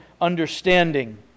understanding